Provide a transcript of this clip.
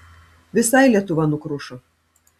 visai lietuva nukrušo